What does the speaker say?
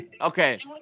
okay